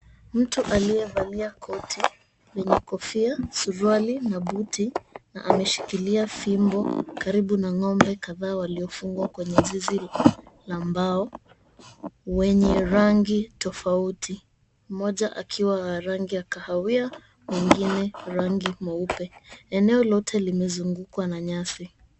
Mtu aliyevalia koti lenye kofia, suruali na buti na ameshikilia fimbo karibu na ng'ombe kadhaa waliofungwa kwenye zizi la mbao wenye rangi tofauti. Mmoja akiwa wa rangi ya kahawia na mwingine rangi mweupe. Eneo lote limezungukwa na nyasi.